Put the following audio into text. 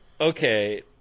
okay